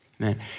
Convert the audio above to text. amen